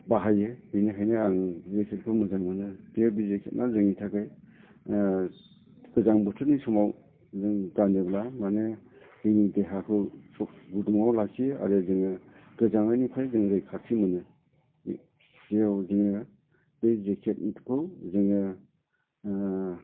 बाहायो बेनिखायनो आं जेकेटखौ मोजां मोनो बे जेकेटआ जोंनि थाखाय गोजां बोथोरनि समाव जों गानोब्ला माने देहाखौ गुदुङाव लाखियो आरो जों गोजांनायनिफ्राय जों रैखाथि मोनो बे जेकेटखौ जोङो